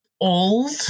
old